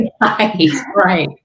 right